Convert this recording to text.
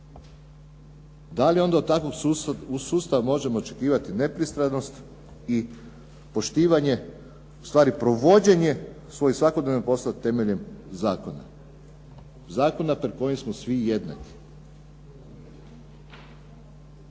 Da li onda od takvog sustava možemo očekivati nepristranost i poštivanje, ustvari provođenje svojih svakodnevnih poslova temeljem zakona, zakona pred kojim smo svi jednaki?